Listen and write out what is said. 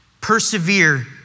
persevere